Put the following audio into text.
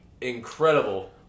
incredible